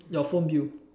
your phone bill